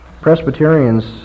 Presbyterians